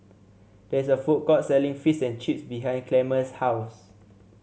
there is a food court selling Fish and Chips behind Clemma's house